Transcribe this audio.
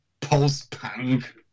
post-punk